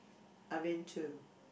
I been to